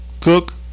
cook